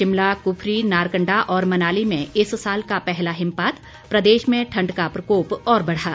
शिमला कुफरी नारकंडा और मनाली में इस साल का पहला हिमपात प्रदेश में ठंड का प्रकोप और बढ़ा